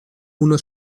uno